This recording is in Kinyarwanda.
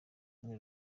umwe